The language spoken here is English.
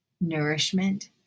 Nourishment